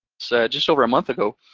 so just over a month ago,